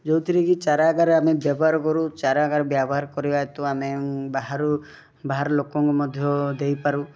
ଯେଉଁଥିରେ କି ଚାରା ଆକାରରେ ଆମେ ବ୍ୟବହାର କରୁ ଚାରା ଆକାରରେ ବ୍ୟବହାର କରିବା ହେତୁ ଆମେ ବାହାରୁ ବାହାର ଲୋକଙ୍କୁ ମଧ୍ୟ ଦେଇପାରୁ